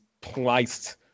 placed